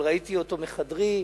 אבל ראיתי אותו מחדרי,